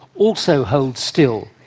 also holds still.